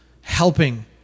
helping